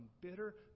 bitter